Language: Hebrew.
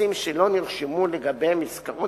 נכסים שלא נרשמו לגביהם עסקאות